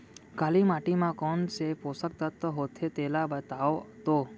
काली माटी म कोन से पोसक तत्व होथे तेला बताओ तो?